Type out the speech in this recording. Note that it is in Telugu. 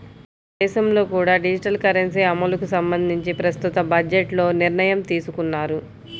మన దేశంలో కూడా డిజిటల్ కరెన్సీ అమలుకి సంబంధించి ప్రస్తుత బడ్జెట్లో నిర్ణయం తీసుకున్నారు